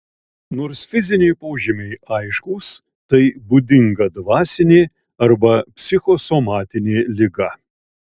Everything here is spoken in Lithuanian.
nors fiziniai požymiai aiškūs tai būdinga dvasinė arba psichosomatinė liga